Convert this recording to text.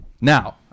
Now